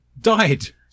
died